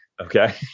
okay